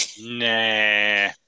Nah